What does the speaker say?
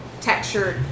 textured